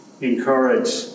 encourage